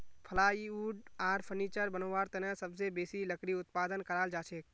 plywood आर furniture बनव्वार तने सबसे बेसी लकड़ी उत्पादन कराल जाछेक